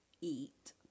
eat